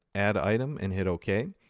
add item, and hit ok.